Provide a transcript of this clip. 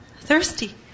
thirsty